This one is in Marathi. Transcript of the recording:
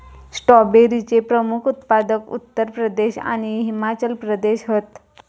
स्ट्रॉबेरीचे प्रमुख उत्पादक उत्तर प्रदेश आणि हिमाचल प्रदेश हत